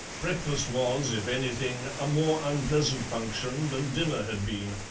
breakfast was, if anything, a more unpleasant function than dinner had been,